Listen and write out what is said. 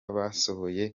basohoye